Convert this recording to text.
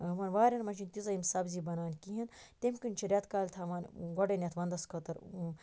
یِمَن واریٚن مَنٛز چھ نہ تیٖژاہ یِم سَبزی بَنان کِہیٖنۍ تمہ کِنۍ چھِ ریٚتکالہ تھاوان گۄڈٕنیٚتھ وَندَس خٲطرٕ